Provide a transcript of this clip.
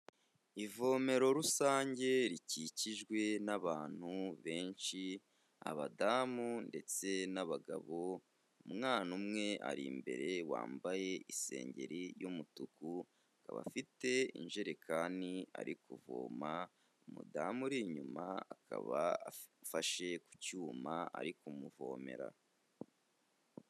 Ivomero rusange rikikijwe n'abantu benshi abadamu ndetse n'abagabo umwana umwe ari imbere wambaye isengeri y'umutuku akaba afite injerekani ari kuvoma umudamu uri inyuma akaba afashe ku cyuma ari kumuvomera.